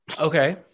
Okay